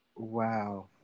Wow